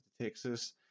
Texas